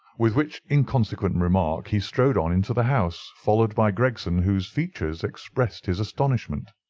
with which inconsequent remark he strode on into the house, followed by gregson, whose features expressed his astonishment.